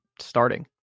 starting